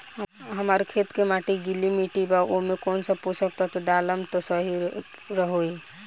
हमार खेत के माटी गीली मिट्टी बा ओमे कौन सा पोशक तत्व डालम त फसल सही होई?